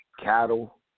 cattle